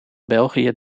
belgië